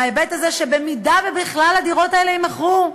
בהיבט הזה שבמידה שבכלל הדירות האלה יימכרו,